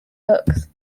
books